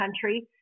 country